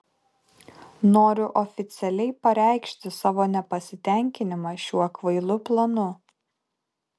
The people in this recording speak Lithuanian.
noriu oficialiai pareikšti savo nepasitenkinimą šiuo kvailu planu